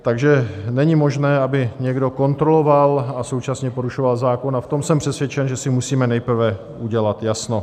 Takže není možné, aby někdo kontroloval a současně porušoval zákon, a v tom jsem přesvědčen, že si musíme nejprve udělat jasno.